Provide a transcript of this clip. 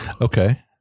Okay